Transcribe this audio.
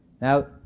Now